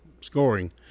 scoring